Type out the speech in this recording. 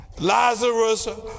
Lazarus